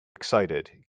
excited